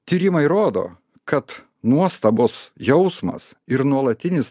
tyrimai rodo kad nuostabos jausmas ir nuolatinis